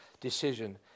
decision